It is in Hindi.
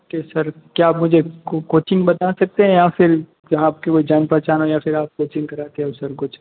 ओके सर क्या आप मुझे कोचिंग बता सकते हैं या फिर जहाँ आपके कोई जान पहचान हो या फिर आप कोचिंग कराते हो सर कुछ